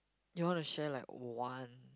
you want to share like one